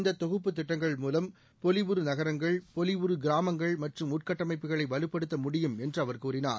இந்தக் தொகுப்பு திட்டங்கள் மூலம் பொலிவுறு நகரங்கள் பொலிவுறு கிராமங்கள் மற்றும் உள்கட்டமைப்புகளை வலுப்படுத்த முடியும் என்று அவர் கூறினார்